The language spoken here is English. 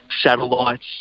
Satellites